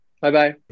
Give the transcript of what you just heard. Bye-bye